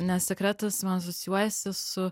nes sekretas man asocijuojasi su